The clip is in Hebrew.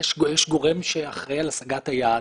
יש גורם שאחראי על השגת היעד.